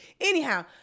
Anyhow